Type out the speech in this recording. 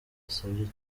asabye